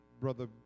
brother